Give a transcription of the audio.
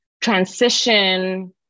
transition